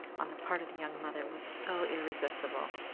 on the part of the young mother, was so irresistible,